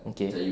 okay